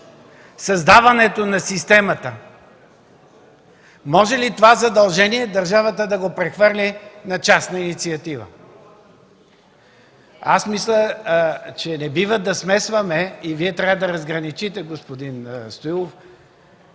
създаването на системата, може ли това задължение държавата да го прехвърли на частна инициатива? Мисля, че не бива да смесваме и Вие трябва да разграничите, господин Стоилов,